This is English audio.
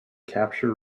capture